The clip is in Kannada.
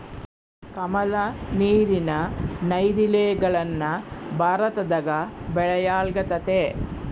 ಕಮಲ, ನೀರಿನ ನೈದಿಲೆಗಳನ್ನ ಭಾರತದಗ ಬೆಳೆಯಲ್ಗತತೆ